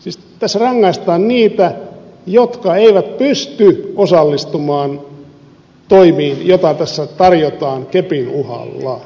siis tässä rangaistaan niitä jotka eivät pysty osallistumaan toimiin joita tässä tarjotaan kepin uhalla